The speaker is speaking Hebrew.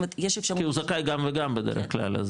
כי הוא זכאי גם וגם בדרך כלל,